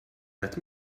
that